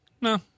no